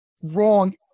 wrong